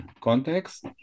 context